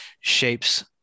shapes